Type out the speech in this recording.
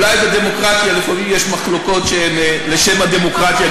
אולי בדמוקרטיה לפעמים יש מחלוקות שהן לשם הדמוקרטיה.